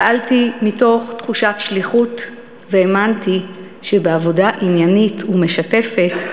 פעלתי מתוך תחושת שליחות והאמנתי שבעבודה עניינית ומשתפת,